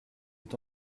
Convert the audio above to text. est